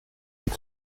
als